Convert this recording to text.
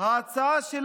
לתמוך בהצעה הזו.